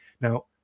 Now